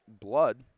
blood